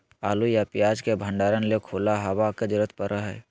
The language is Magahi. आलू या प्याज के भंडारण ले खुला हवा के जरूरत पड़य हय